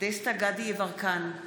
דסטה (גדי) יברקן,